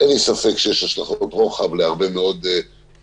אין לי ספק שיש השלכות רוחב על הרבה מאוד גופים,